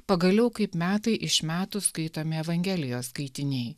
pagaliau kaip metai iš metų skaitomi evangelijos skaitiniai